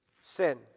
Sin